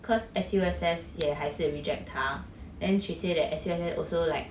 cause S_U_S_S 也还是 reject 她 then she say that S_U_S_S also like